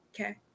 Okay